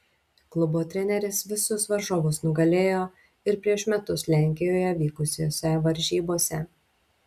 klubo treneris visus varžovus nugalėjo ir prieš metus lenkijoje vykusiose varžybose